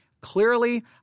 Clearly